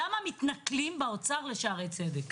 אם ההסתייגות שלי לא תתקבל בסעיף 10(א),